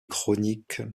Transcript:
chroniques